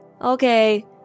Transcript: okay